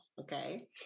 Okay